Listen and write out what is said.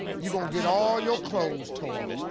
you gonna get all your clothes tore off.